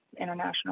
international